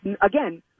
again